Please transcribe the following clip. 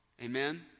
Amen